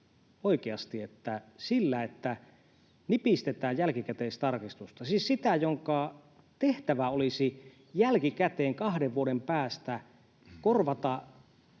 oikeasti, että sillä, että nipistetään jälkikäteistarkistusta — siis sitä, jonka tehtävä olisi jälkikäteen kahden vuoden päästä korvata